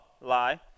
Lie